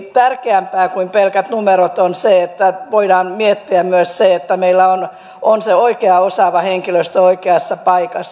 tärkeämpää kuin pelkät numerot on se että voidaan miettiä myös sitä että meillä on se oikea osaava henkilöstä oikeassa paikassa